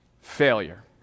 failure